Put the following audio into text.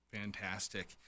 Fantastic